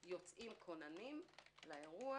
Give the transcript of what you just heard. יוצאים כוננים לאירוע,